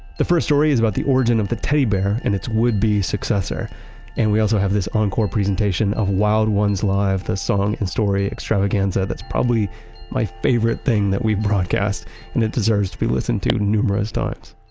the first story is about the origin of the teddy bear and its would-be successor and we also have this encore presentation of wild ones live, the song and story extravaganza that's probably my favorite thing that we've broadcast and it deserves to be listened to numerous times.